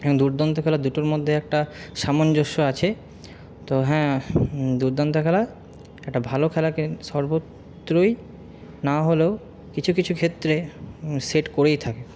দুর্দান্ত খেলা দুটোর মধ্যেই একটা সামঞ্জস্য আছে তো হ্যাঁ দুর্দান্ত খেলা একটা ভালো খেলাকে সর্বত্রই না হলেও কিছু কিছু ক্ষেত্রে সেট করেই থাকে